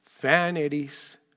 Vanities